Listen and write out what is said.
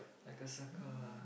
like a sucker ah